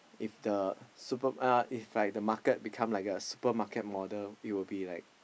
if the super uh if like the market become like a supermarket model it will be like